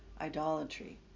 idolatry